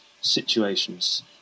situations